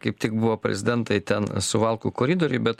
kaip tik buvo prezidentai ten suvalkų koridoriuj bet